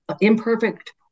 imperfect